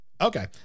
Okay